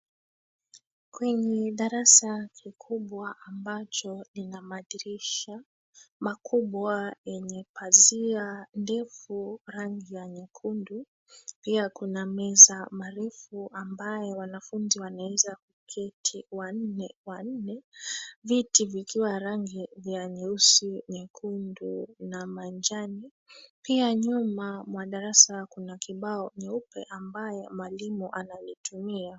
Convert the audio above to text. Kwenye darasa kikubwa ambacho lina madirisha makubwa yenye pazia ndefu, rangi ya nyekundu. Pia kuna meza marefu ambayo wanafunzi wanaeza kuketi wanne wanne. Viti vikiwa rangi vya: nyeusi, nyekundu na majani. Pia nyuma mwa darasa kuna kibao nyeupe ambayo mwalimu analitumia.